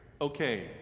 okay